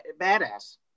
badass